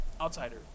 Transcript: Outsider